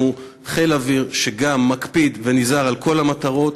אנחנו חיל אוויר שגם מקפיד ונזהר על כל המטרות,